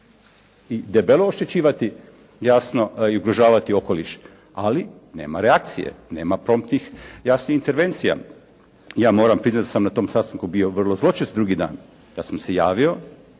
i debelo oštećivati jasno i ugrožavati okoliš, ali nema reakcije, nema promptnih jasno intervencija. Ja moram priznati da sam na tom sastanku bio vrlo zločest drugi dan, ja sam se javio